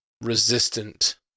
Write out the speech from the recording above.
resistant